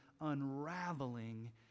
unraveling